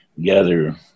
gather